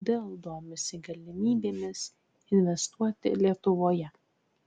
dell domisi galimybėmis investuoti lietuvoje